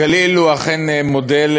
הגליל הוא אכן מודל